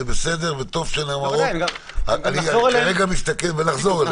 זה בסדר וטוב שהן נאמרות ונחזור אליהן.